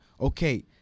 okay